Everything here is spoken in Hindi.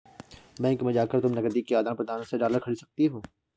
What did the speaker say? बैंक में जाकर तुम नकदी के आदान प्रदान से डॉलर खरीद सकती हो